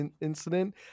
incident